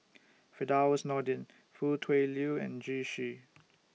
Firdaus Nordin Foo Tui Liew and Zhu Xu